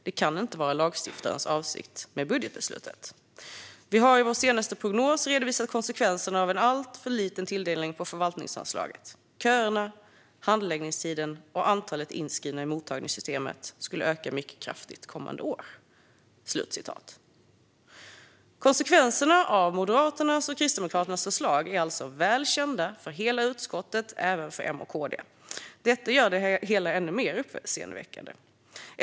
Det kan inte vara lagstiftarens avsikt med budgetbeslutet. Vi har i vår senaste prognos redovisat konsekvenserna av en alltför liten tilldelning på förvaltningsanslaget. Köerna, handläggningstiderna och antalet inskrivna i mottagningssystemet skulle öka mycket kraftigt kommande år, skriver Migrationsverket. Konsekvenserna av Moderaternas och Kristdemokraternas förslag är alltså väl kända för hela utskottet, även för M och KD. Detta gör det hela ännu mer uppseendeväckande.